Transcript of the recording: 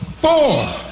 four